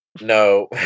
No